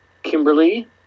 kimberly